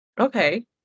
Okay